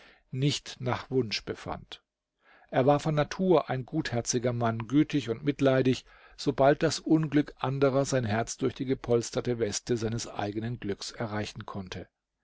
nicht nach wunsch befand er war von natur ein gutherziger mann gütig und mitleidig sobald das unglück anderer sein herz durch die gepolsterte weste seines eigenen glücks erreichen konnte